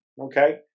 okay